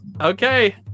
Okay